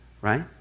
right